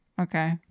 Okay